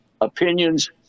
opinions